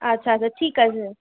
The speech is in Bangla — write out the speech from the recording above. আচ্ছা আচ্ছা ঠিক আছে